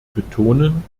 betonen